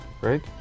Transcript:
right